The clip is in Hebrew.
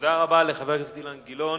תודה רבה לחבר הכנסת אילן גילאון.